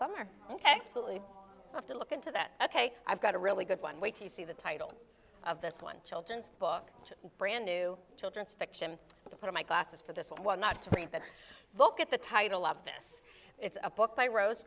summer actually have to look into that ok i've got a really good one way to see the title of this one children's book brand new children's fiction to put my glasses for this one not to read that book at the title of this it's a book by rose